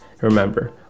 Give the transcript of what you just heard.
Remember